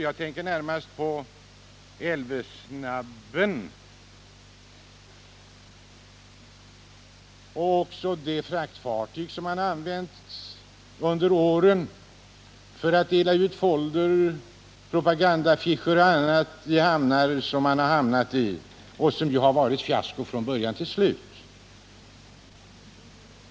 Jag tänker närmast på Älvsnabben och det fraktfartyg som under åren har använts för att dela ut foldrar, propagandaaffischer och annat i de hamnar som fartygen har anlöpt. Den verksamheten har varit ett fiasko från början till slut.